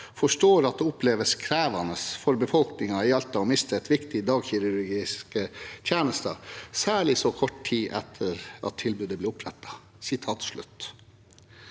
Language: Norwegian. «forstår at det oppleves krevende for befolkningen i Alta å miste viktige dagkirurgiske tjenester, særlig så kort tid etter at tilbudet ble opprettet.»